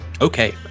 okay